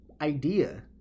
idea